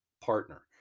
partner